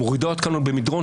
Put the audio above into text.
מורידה אותנו במדרון.